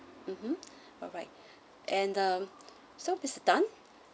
mmhmm alright and um so mister tan